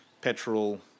petrol